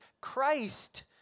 Christ